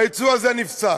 היצוא הזה נפסק.